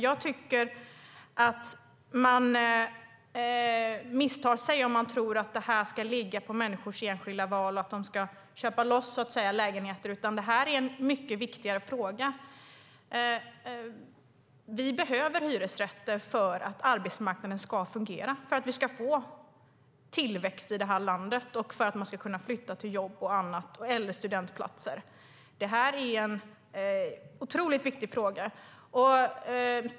Jag tycker nämligen att man misstar sig om man tror att det här ska vara människors enskilda val och att de ska köpa loss lägenheter. Det här är en mycket viktigare fråga. Vi behöver ju hyresrätter för att arbetsmarknaden ska fungera, för att vi ska få tillväxt i det här landet och för att man ska kunna flytta till jobb eller studier.